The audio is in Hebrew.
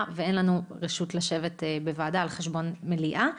ואין לנו רשות לשבת בוועדה על חשבון מליאה.